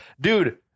dude